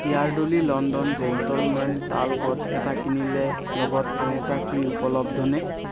Yardley London gentlemen টাল্কত এটা কিনিলে লগত আন এটা ফ্রী উপলব্ধ নে